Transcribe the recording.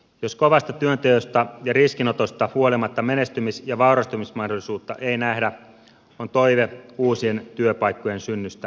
jos kovasta työnteosta ja riskinotosta huolimatta menestymis ja vaurastumismahdollisuutta ei nähdä on toive uusien työpaikkojen synnystä epärealistinen